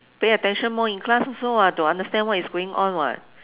pay attention more in class also [what] to understand what is going on [what]